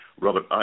Robert